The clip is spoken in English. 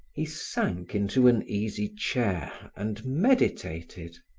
he sank into an easy chair and meditated.